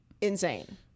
insane